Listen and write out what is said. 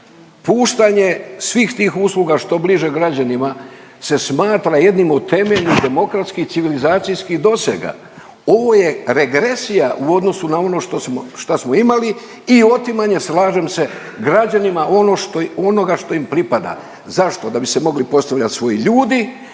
puštanje svih tih usluga što bliže građanima se smatra jednim od temeljnih demokratskih civilizacijskih dosega. Ovo je regresija u odnosu na ono što smo imali i otimanje, slažem se, građanima onoga što im pripada. Zašto? Da bi se mogli postavljati svoji ljudi